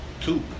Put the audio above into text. Two